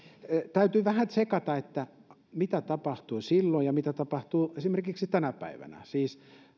täytyy vähän tsekata mitä tapahtui silloin ja mitä tapahtuu esimerkiksi tänä päivänä siis